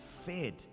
fed